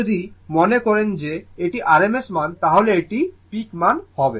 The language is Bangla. এখন এটি যদি মনে করে যে এটি rms মান তাহলে এটি পিক মান